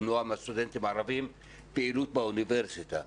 למנוע מהסטודנטים הערבים פעילות באוניברסיטה.